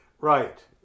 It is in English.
Right